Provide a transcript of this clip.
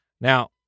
Now